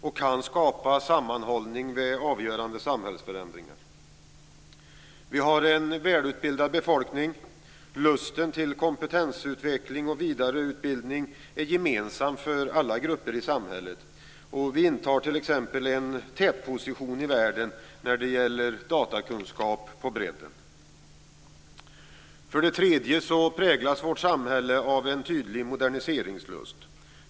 Vi kan skapa sammanhållning vid avgörande samhällsförändringar. För det andra har vi en välutbildad befolkning. Lusten till kompetensutveckling och vidareutbildning är gemensam för alla grupper i samhället. Vi intar t.ex. en tätposition i världen när det gäller datakunskap på bredden. För det tredje präglas vårt samhälle av en tydlig moderniseringslust.